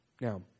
Now